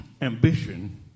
ambition